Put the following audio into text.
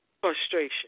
frustration